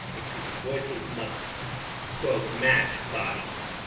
excuse me, voices must quote match bodies.